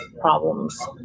problems